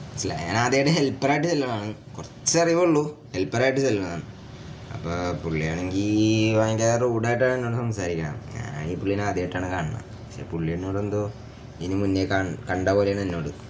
മനസ്സിലായോ ഞാൻ ആദ്യമായിട്ട് ഹെൽപ്പർ ആയിട്ട് ചെല്ലുന്നതാണ് കുറച്ച് അറിവേ ഉള്ളു ഹെൽപ്പർ ആയിട്ട് ചെല്ലുന്നതാണ് അപ്പം പുള്ളിയാണെങ്കിൽ ഭയങ്കര റൂഡ് ആയിട്ടാണ് എന്നോട് സംസാരിക്കുന്നത് ഞാൻ ഈ പുള്ളീനെ ആദ്യമായിട്ടാണ് കാണുന്നത് പക്ഷേ പുള്ളി എന്നോട് എന്തോ ഇതിന് മുന്നേ കണ്ട കണ്ട പോലെയാണ് എന്നോട്